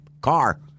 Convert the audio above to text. car